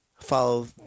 Follow